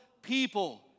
People